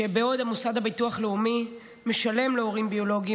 שבעוד המוסד לביטוח לאומי משלם להורים ביולוגיים